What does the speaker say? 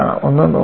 ഒന്നു നോക്കൂ